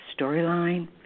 storyline